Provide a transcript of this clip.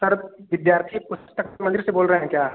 sir विद्यार्थी पुस्तक मंदिर से बोल रहे हैं क्या